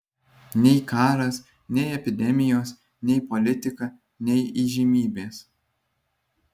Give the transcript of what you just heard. nei karas nei epidemijos nei politika nei įžymybės